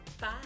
bye